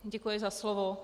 Děkuji za slovo.